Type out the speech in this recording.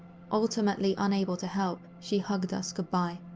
ultimately unable to help, she hugged us goodbye.